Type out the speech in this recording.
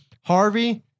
Harvey